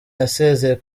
yasezeye